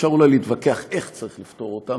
אפשר אולי להתווכח איך צריך לפתור אותן,